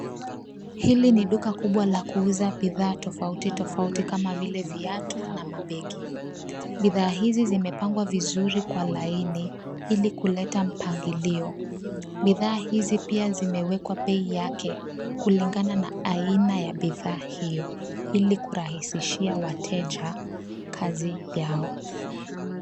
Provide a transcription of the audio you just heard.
Hili ni duka kubwa la kuuza bidhaa tofauti tofauti kama vile viatu na mabegi. Bidhaa hizi zimepangwa vizuri kwa laini ili kuleta mpangilio. Bidhaa hizi pia zimewekwa bei yake kulingana na aina ya bidhaa hiyo, ili kurahisishia wateja kazi yao.